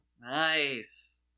nice